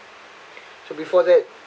so before that